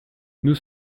nous